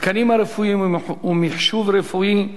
התקנים רפואיים ומחשוב רפואי.